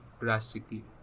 drastically